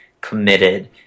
committed